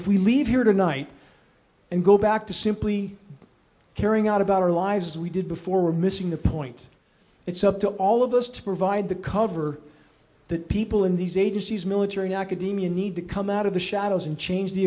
if we leave here tonight and go back to simply carrying out of our lives as we did before we're missing the point it's up to all of us to provide the cover that people in these agencies military academia need to come out of the shadows and change the